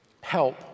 help